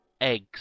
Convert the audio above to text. eggs